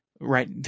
right